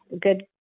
good